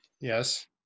Yes